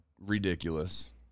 ridiculous